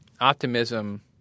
optimism